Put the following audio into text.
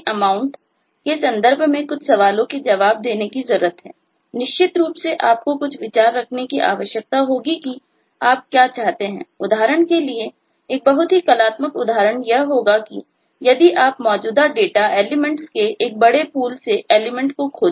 अब जब हमारे पासफंक्शनल सिमेंटिक्स से एलिमेंट को खोजें